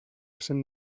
cent